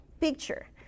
picture